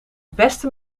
beste